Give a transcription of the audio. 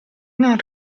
non